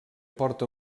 porta